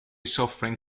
suffering